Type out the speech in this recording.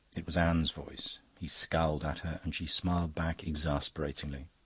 it was anne's voice. he scowled at her, and she smiled back exasperatingly.